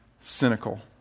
cynical